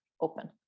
open